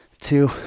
two